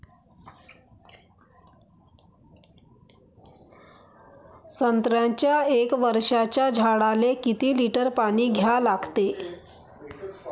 संत्र्याच्या एक वर्षाच्या झाडाले किती लिटर पाणी द्या लागते?